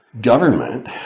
Government